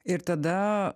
ir tada